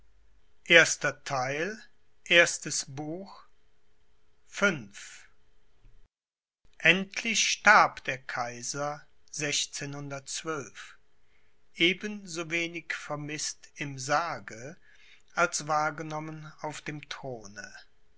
endlich starb der kaiser eben so wenig vermißt im sarge als wahrgenommen auf dem throne